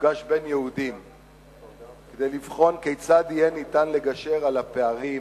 מפגש בין יהודים לערבים כדי לבחון כיצד יהיה ניתן לגשר על הפערים